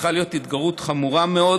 שצריכה להיות התגרות חמורה מאוד,